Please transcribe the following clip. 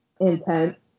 intense